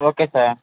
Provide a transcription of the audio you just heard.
okay sir